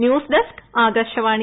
news desk Akashvani